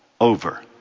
over